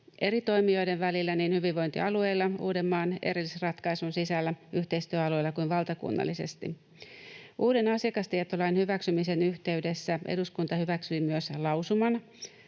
eri toimijoiden välillä, niin hyvinvointialueilla, Uudenmaan erillisratkaisun sisällä, yhteistyöalueilla kuin valtakunnallisesti. Uuden asiakastietolain hyväksymisen yhteydessä eduskunta hyväksyi myös lausuman,